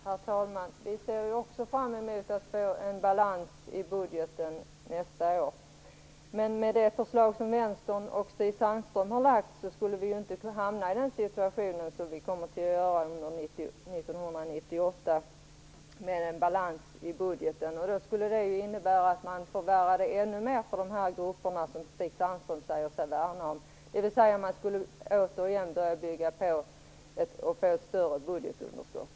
Herr talman! Vi ser också fram emot att få en balans i budgeten nästa år. Men med det förslag som Vänstern och Stig Sandström har lagt fram skulle vi inte hamna i den situation som vi kommer att hamna i under 1998, med balans i budgeten. Då skulle det innebära att man förvärrade ännu mer för de grupper som Stig Sandström säger sig värna om. Man skulle återigen börja få ett större budgetunderskott.